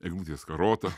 eglutė skarota